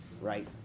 right